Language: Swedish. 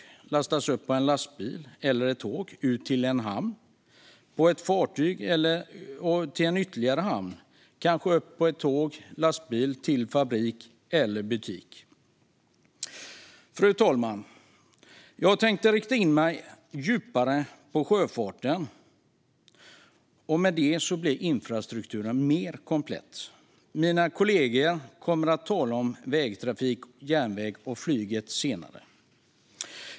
Godset lastas upp på en lastbil eller ett tåg, körs ut till en hamn, fraktas på ett fartyg till ytterligare en hamn och lastas sedan kanske upp på ett tåg eller en lastbil för att köras till fabrik eller butik. Fru talman! Jag tänkte rikta in mig djupare på sjöfarten. Med det blir infrastrukturen mer komplett. Mina kollegor kommer att tala om vägtrafik, järnväg och flyg senare.